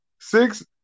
Six